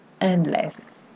endless